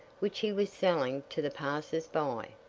which he was selling to the passers-by.